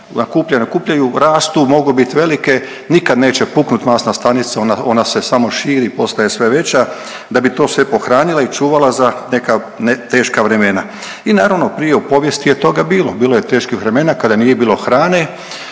nakupljaju, nakupljaju, mogu biti velike, nikad neće puknut masna stanica, ona se samo širi i postaje sve veća da bi to sve pohranila i čuvala za neka teška vremena. I naravno prije u povijesti je toga bilo. Bilo je teških vremena kada nije bilo hrane